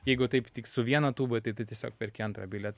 jeigu taip tik su viena tūba tai tu tiesiog perki antrą bilietą